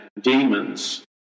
demons